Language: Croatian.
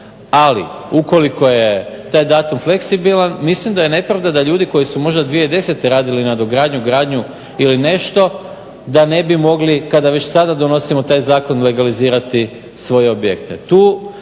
Ali, ukoliko je taj datum fleksibilan mislim da je nepravda da ljudi koji su možda 2010. radili nadogradnju, gradnju ili nešto da ne bi mogli kada već sada donosimo taj zakon legalizirati svoje objekte.